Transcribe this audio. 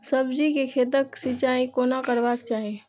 सब्जी के खेतक सिंचाई कोना करबाक चाहि?